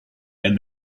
and